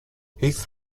heath